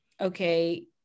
Okay